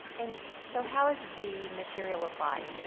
and so, how is the material applied?